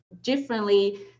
differently